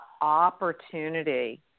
opportunity